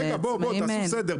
רגע, תעשו סדר.